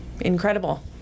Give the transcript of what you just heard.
incredible